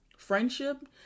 Friendship